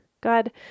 God